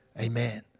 amen